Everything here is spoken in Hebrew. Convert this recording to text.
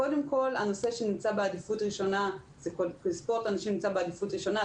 הנושא של ספורט הנשים נמצא בעדיפות ראשונה,